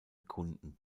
kunden